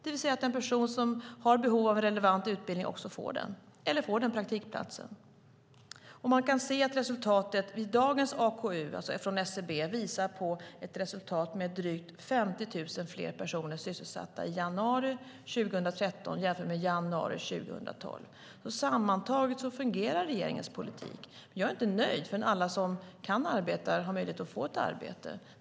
En person som har behov av relevant utbildning ska också få den utbildningen eller praktikplatsen. Siffror från SCB visar att resultatet från dagens AKU är drygt 50 000 fler personer sysselsatta i januari 2013 jämfört med januari 2012. Sammantaget fungerar regeringens politik. Jag är inte nöjd förrän alla som kan arbeta har möjlighet att få ett arbete.